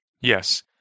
Yes